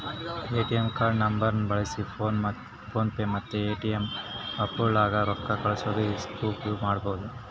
ATM ಕಾರ್ಡಿನ ನಂಬರ್ನ ಬಳ್ಸಿ ಫೋನ್ ಪೇ ಮತ್ತೆ ಪೇಟಿಎಮ್ ಆಪ್ಗುಳಾಗ ರೊಕ್ಕ ಕಳ್ಸೋದು ಇಸ್ಕಂಬದು ಮಾಡ್ಬಹುದು